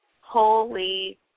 holy